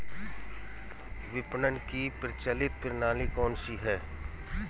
विपणन की प्रचलित प्रणाली कौनसी है?